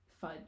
fudge